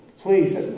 Please